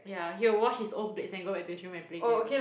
ya he will wash his own plates and go back to his room and play game